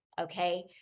okay